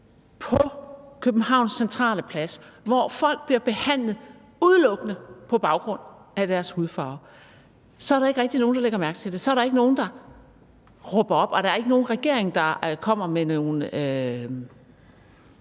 på Københavns centrale plads, hvor folk bliver behandlet på en bestemt måde udelukkende på baggrund af deres hudfarve, så er der ikke rigtig nogen, der lægger mærke til det, så er der ikke nogen, der råber op, og der er ikke nogen regering, der kommer og har nogle